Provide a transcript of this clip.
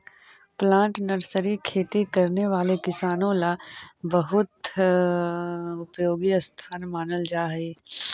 plant nursery खेती करने वाले किसानों ला बहुत उपयोगी स्थान मानल जा हई